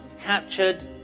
captured